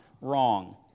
wrong